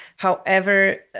however,